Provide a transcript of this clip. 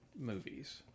movies